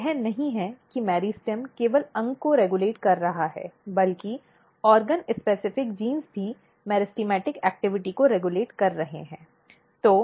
तो यह नहीं है कि मेरिस्टेम केवल अंग को रेग्यूलेट कर रहा है बल्कि अंग विशिष्ट जीन भी मेरिस्टिक गतिविधि को रेग्यूलेट कर रहे हैं